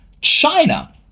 China